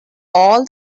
all